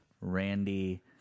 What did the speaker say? Randy